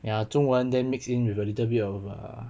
ya 中文 then mixed in with a little bit of err